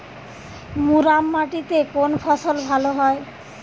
মুরাম মাটিতে কোন ফসল ভালো হয়?